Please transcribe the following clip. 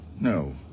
No